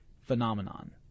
phenomenon